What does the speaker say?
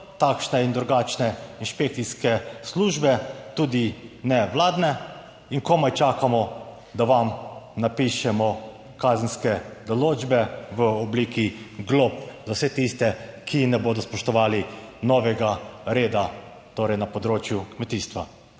takšne in drugačne inšpekcijske službe, tudi nevladne, in komaj čakamo, da vam napišemo kazenske določbe v obliki glob za vse tiste, ki ne bodo spoštovali novega reda torej na področju kmetijstva.